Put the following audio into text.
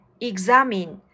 examine